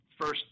first